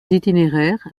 itinéraires